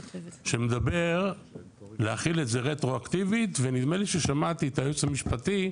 שמדבר להחיל את זה רטרואקטיבית ונדמה לי ששמעתי את היועץ המשפטי,